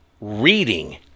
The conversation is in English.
reading